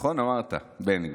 נכון אמרת, בן גביר.